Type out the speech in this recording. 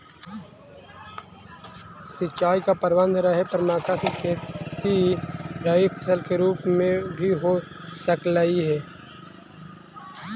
सिंचाई का प्रबंध रहे पर मक्का की खेती रबी फसल के रूप में भी हो सकलई हे